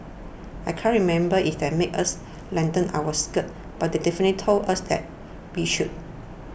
I can't remember if they made us lengthen our skirt but definitely told us that we should